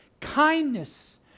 kindness